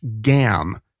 gam